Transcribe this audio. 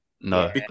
No